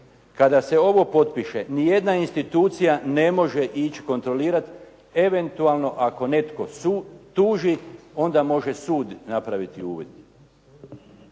Kada se ovo potpiše nijedna institucija ne može ići kontrolirati, eventualno ako netko tuži onda može sud napraviti uvid.